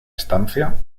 estancia